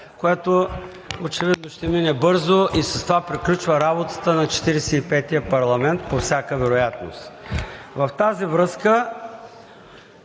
което очевидно ще мине бързо, и с това приключва работата на 45-ия парламент по всяка вероятност. В тази връзка